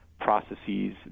processes